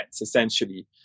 essentially